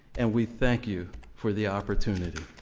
and we thank you for the opportunity.